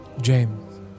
James